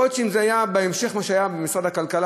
יכול להיות שאם זה היה בהמשך למה שהיה במשרד הכלכלה,